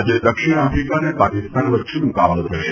આજે દક્ષિણ આફિકા અને પાકિસ્તાન વચ્ચે મુકાબલો થશે